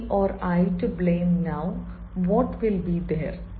either he or I to blame now what will be there